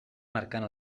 marcant